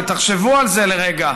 ותחשבו על זה לרגע,